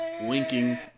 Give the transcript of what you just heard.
Winking